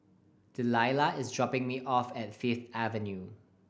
Deliah is dropping me off at Fifth Avenue